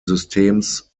systems